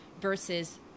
Versus